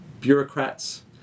bureaucrats